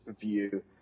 view